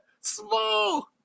Small